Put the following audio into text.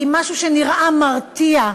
עם משהו שנראה מרתיע.